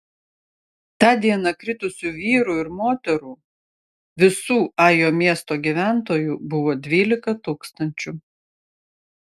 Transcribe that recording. tą dieną kritusių vyrų ir moterų visų ajo miesto gyventojų buvo dvylika tūkstančių